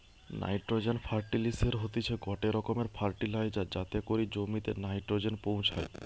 nitrogen ফার্টিলিসের হতিছে গটে রকমের ফার্টিলাইজার যাতে করি জমিতে নাইট্রোজেন পৌঁছায়